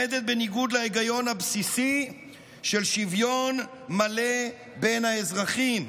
שעומדת בניגוד להיגיון הבסיסי של שוויון מלא בין האזרחים.